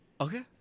Okay